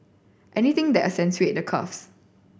anything the accentuate the curves